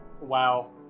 Wow